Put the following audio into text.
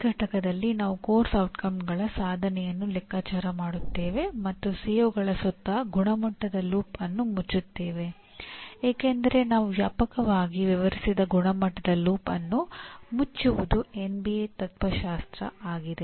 ಈ ಪಠ್ಯದಲ್ಲಿ ನಾವು ಪಠ್ಯಕ್ರಮದ ಪರಿಣಾಮಗಳ ಸಾಧನೆಯನ್ನು ಲೆಕ್ಕಾಚಾರ ಮಾಡುತ್ತೇವೆ ಮತ್ತು ಸಿಒಗಳ ತತ್ತ್ವಶಾಸ್ತ್ರ ಆಗಿದೆ